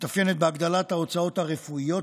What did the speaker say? בעיקר בהגדלת ההוצאות הרפואיות,